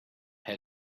had